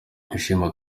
ushima